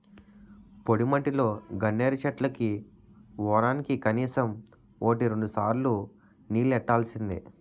పొడిమట్టిలో గన్నేరు చెట్లకి వోరానికి కనీసం వోటి రెండుసార్లు నీల్లెట్టాల్సిందే